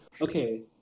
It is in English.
Okay